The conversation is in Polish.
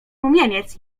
rumieniec